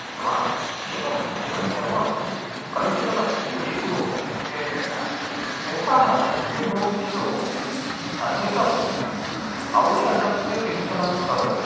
अस्तु वा एवम् इदं सर्वं कलुषितमस्ति कृषिभूमिः विशेषेण यथाः कृषिभूमिषु अधिकम् औषधस्य सिञ्चनं भवति